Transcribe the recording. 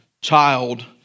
child